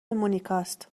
مونیکاست